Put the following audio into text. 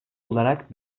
olarak